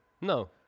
No